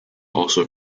also